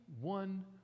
one